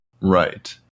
Right